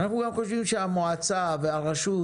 אנחנו גם חושבים שהמועצה והרשות,